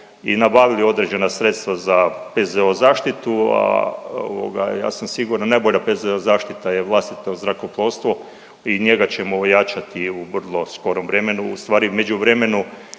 i nabavili određena sredstva za PZO zaštitu, a ja sam siguran najbolja PZO zaštita je vlastito zrakoplovstvo i njega ćemo ojačati u vrlo skorom vremenu. Ustvari u međuvremenu